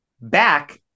back